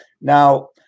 Now